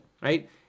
right